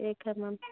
ठीक है मैम